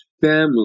family